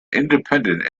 independent